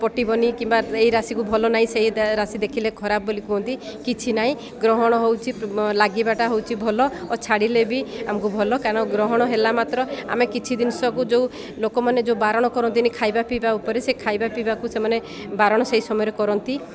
ପଟିବନି କିମ୍ବା ଏଇ ରାଶିକୁ ଭଲ ନାହିଁ ସେଇ ରାଶି ଦେଖିଲେ ଖରାପ ବୋଲି କୁହନ୍ତି କିଛି ନାହିଁ ଗ୍ରହଣ ହଉଛି ଲାଗିବାଟା ହଉଛି ଭଲ ଓ ଛାଡ଼ିଲେ ବି ଆମକୁ ଭଲ କାରଣ ଗ୍ରହଣ ହେଲା ମାତ୍ର ଆମେ କିଛି ଜିନିଷକୁ ଯେଉଁ ଲୋକମାନେ ଯେଉଁ ବାରଣ କରନ୍ତିନି ଖାଇବା ପିଇବା ଉପରେ ସେ ଖାଇବା ପିଇବାକୁ ସେମାନେ ବାରଣ ସେଇ ସମୟରେ କରନ୍ତି